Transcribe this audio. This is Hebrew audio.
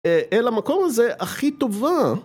אל המקום הזה הכי טובה